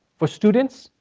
for students,